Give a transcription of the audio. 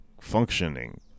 functioning